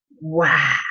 wow